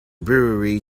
brewery